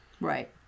Right